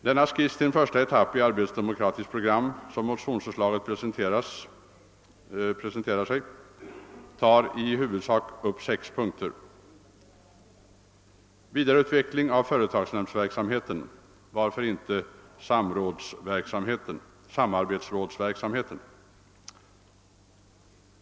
Den skiss till en första etapp i ett arbetsdemokratiskt program som presenteras i motionsförslaget upptar i huvudsak sex punkter: Vidareutveckling av företagsnämndsverksamheten — varför inte samarbetsrådsverksamheten?